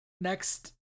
Next